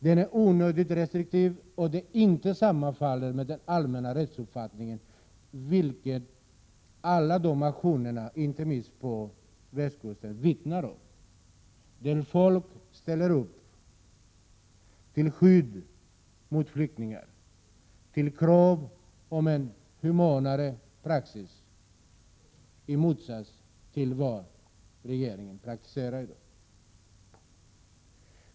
Den sammanfaller inte med den allmänna rättsuppfattningen, vilket inte minst alla aktioner vittnar om, t.ex. den på västkusten. Folk ställer upp till skydd för flyktingar och för krav om en humanare praxis, i motsats till vad regeringen praktiserar.